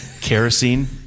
kerosene